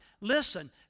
Listen